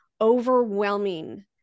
overwhelming